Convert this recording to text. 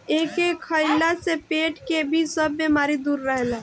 एके खइला से पेट के भी सब बेमारी दूर रहेला